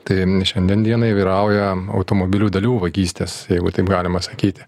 tai šiandien dienai vyrauja automobilių dalių vagystės jeigu taip galima sakyti